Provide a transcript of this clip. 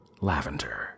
lavender